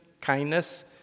kindness